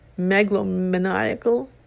megalomaniacal